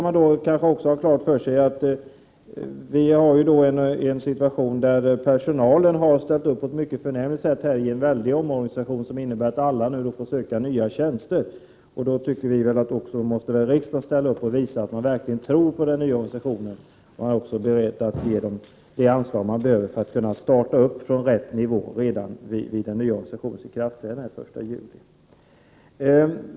Man skall också ha klart för sig att personalen på ett mycket förnämligt sätt har ställt upp för en väldig omorganisation, som innebär att alla får söka nya tjänster. Då tycker vi att också riksdagen måste visa att den verkligen tror på den nya organisationen och är beredd att ge invandrarverket det anslag som verket behöver för att kunna starta från rätt nivå vid den nya organisationens ikraftträdande den 1 juli.